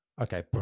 okay